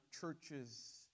churches